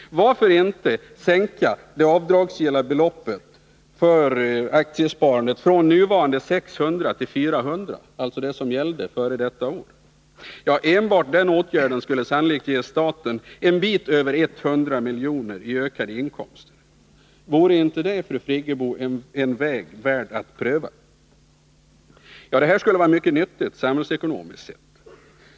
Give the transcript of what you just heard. Varför inte sänka det avdragsgilla beloppet för aktiesparandet från nuvarande 600 kr. till 400 kr. — alltså det som gällde före detta år? Enbart den åtgärden skulle sannolikt ge staten en bit över 100 miljoner i ökade inkomster. Vore inte det, fru Friggebo, en väg värd att pröva? Dessa åtgärder skulle vara mycket nyttiga, samhällsekonomiskt sett.